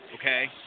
Okay